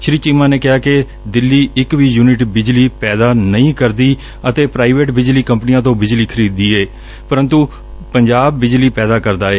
ਸ੍ਰੀ ਚੀਮਾ ਨੇ ਕਿਹਾ ਕਿ ਦਿੱਲੀ ਇਕ ਵੀ ਯੂਨਿਟ ਬਿਜਲੀ ਪੈਦਾ ਨਹੀਂ ਕਰਦੀ ਅਤੇ ਪ੍ਾਈਵੇਟ ਬਿਜਲੀ ਕੰਪਨੀਆਂ ਤੋਂ ਬਿਜਲੀ ਖਰੀਦੀ ਦੀ ਏ ਪਰੰਤੂ ਪੰਜਾਬੋ ਬਿਜਲੀ ਪੈਦਾ ਕਰਦਾ ਏ